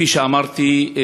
כפי שאמרתי,